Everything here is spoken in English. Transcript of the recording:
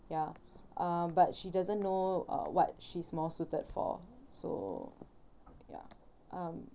ya uh but she doesn't know uh what she's more suited for so ya um